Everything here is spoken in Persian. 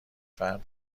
فرد